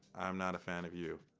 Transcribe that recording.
i am not a fan of you.